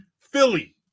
Philly